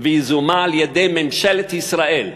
ויזומה על-ידי ממשלת ישראל,